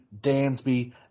Dansby